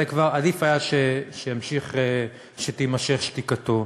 עדיף היה שתימשך שתיקתו.